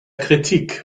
kritik